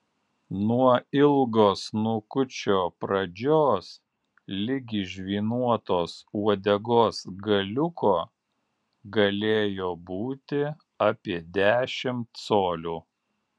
nuo ilgo snukučio pradžios ligi žvynuotos uodegos galiuko galėjo būti apie dešimt colių